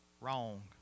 Wrong